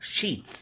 sheets